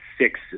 six